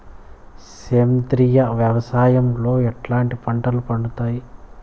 సేంద్రియ వ్యవసాయం లో ఎట్లాంటి పంటలు పండుతాయి